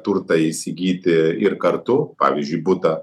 turtą įsigyti ir kartu pavyzdžiui butą